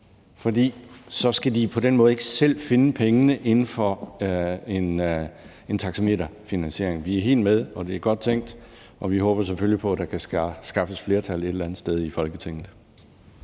for på den måde skal de ikke selv finde pengene inden for en taxameterfinansiering. Vi er helt med, og det er godt tænkt, og vi håber selvfølgelig på, at der kan skaffes flertal for det et eller andet sted i Folketinget.